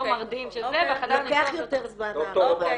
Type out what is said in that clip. מרדים של זה והחדר ניתוח -- לוקח יותר זמן -- ד"ר,